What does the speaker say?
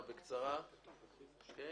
אין